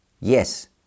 Yes